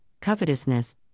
covetousness